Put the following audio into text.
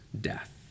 death